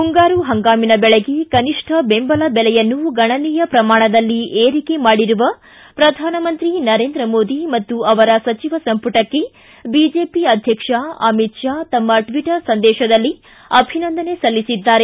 ಮುಂಗಾರು ಹಂಗಾಮಿನ ಬೆಳೆಗೆ ಕನಿಷ್ಠ ಬೆಂಬಲ ಬೆಲೆಯನ್ನು ಗಣನೀಯ ಪ್ರಮಾಣದಲ್ಲಿ ಏರಿಕೆ ಮಾಡಿರುವ ಪ್ರಧಾನಮಂತ್ರಿ ನರೇಂದ್ರ ಮೋದಿ ಮತ್ತು ಅವರ ಸಚಿವ ಸಂಪುಟಕ್ಕೆ ಬಿಜೆಪಿ ಅಧ್ಯಕ್ಷ ಅಮಿತ್ ಶಾ ತಮ್ಮ ಟ್ವಿಟರ್ ಮೂಲಕ ಅಭಿನಂದನೆ ಸಲ್ಲಿಸಿದ್ದಾರೆ